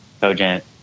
cogent